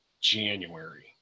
January